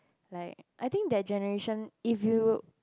like I think that generation if you